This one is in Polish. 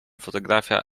fotografia